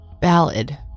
Ballad